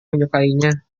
menyukainya